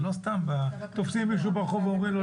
זה לא סתם תופסים מישהו ברחוב ואומרים לו